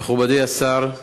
מכובדי השר,